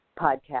podcast